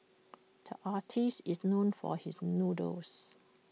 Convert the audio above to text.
the artist is known for his doodles